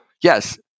yes